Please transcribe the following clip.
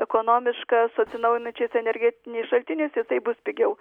ekonomiška su atsinaujinančiais energetiniais šaltiniais jisai bus pigiau